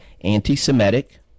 anti-Semitic